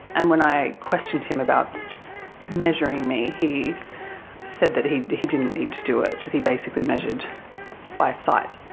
and when i questioned him about measuring me, he said that he he didn't need to do it, that he basically measured by sight.